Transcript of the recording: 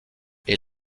est